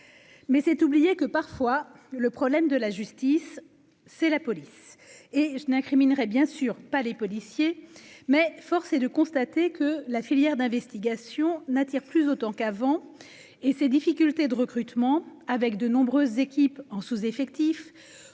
mais c'est oublier que parfois le problème de la justice, c'est la police, et je n'incrimine bien sûr pas les policiers mais force est de constater que la filière d'investigation n'attire plus autant qu'avant et ces difficultés de recrutement, avec de nombreuses équipes en sous-effectif,